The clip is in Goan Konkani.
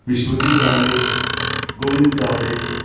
विश्वजीत राणे गोविंद गावडे